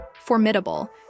formidable